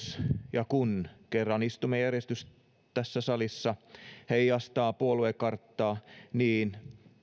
ja kun kerran istumajärjestys tässä salissa heijastaa puoluekarttaa niin